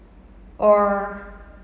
or